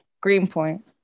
Greenpoint